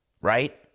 right